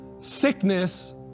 sickness